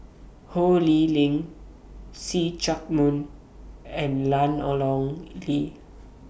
Ho Lee Ling See Chak Mun and Ian Ong Li